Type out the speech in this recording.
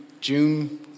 June